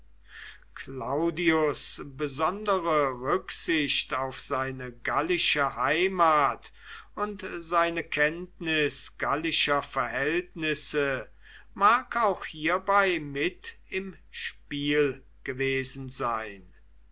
claudius besondere rücksicht auf seine gallische heimat und seine kenntnis gallischer verhältnisse mag auch hierbei mit im spiel gewesen sein